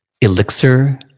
Elixir